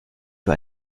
für